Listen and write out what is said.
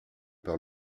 par